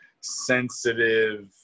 sensitive